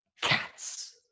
cats